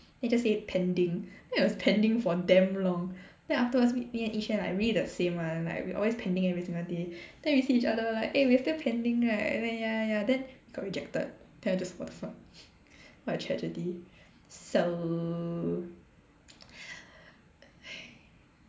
then it just say pending then it was pending for damn long then afterwards we me and Yi Xuan like really the same [one] like we always pending every single day then we see each other like eh we're still pending right and then ya ya ya then we got rejected then I just what the fuck what a tragedy so